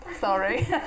Sorry